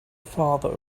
farther